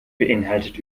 beeinhaltet